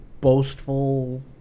boastful